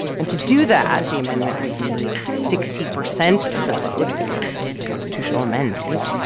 and to do that the amendment would need sixty percent of the vote because it's a constitutional amendment.